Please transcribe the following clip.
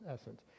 essence